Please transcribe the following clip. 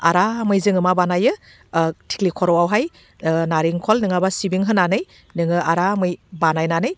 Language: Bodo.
आरामै जोङो मा बानायो थिख्लि खर'आवहाय नारेंखल नङाबा सिबिं होनानै नोङो आरामै बानायनानै